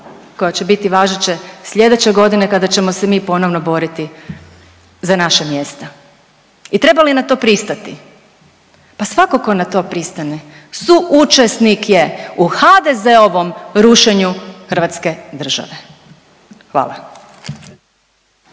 koja će biti važeće sljedeće godine kada ćemo se mi ponovno boriti za naša mjesta i treba li na to pristati? Pa svatko tko na to pristane suučesnik je u HDZ-ovom rušenju hrvatske države. Hvala.